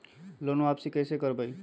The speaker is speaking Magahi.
लोन वापसी कैसे करबी?